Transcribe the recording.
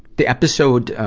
the episode, ah,